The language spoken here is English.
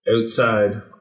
outside